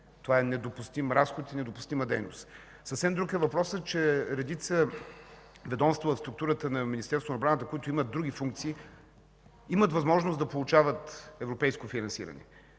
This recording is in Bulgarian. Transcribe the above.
Това е недопустим разход и недопустима дейност. Съвсем друг е въпросът, че редица ведомства в структурата на Министерството на отбраната, които имат други функции, имат възможност да получават европейско финансиране